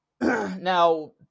Now